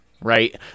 right